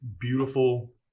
beautiful